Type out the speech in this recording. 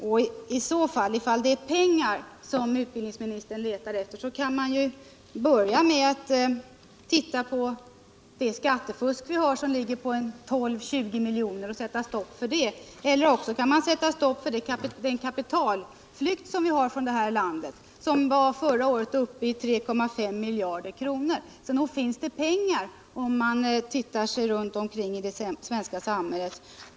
Om det är pengar som utbildningsministern letar efter kan man ju börja med att titta på det skattefusk som faktiskt berövar statskassan 12 å 20 miljarder kr. och sätta stopp för det. Eller också kan man sätta stopp för den kapitalflykt som vi har från det här landet. Den uppgick förra året till 3,5 miljarder kr. Så nog upptäcker man att det finns pengar, om man ser sig om i det svenska samhället.